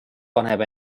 paneb